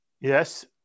Yes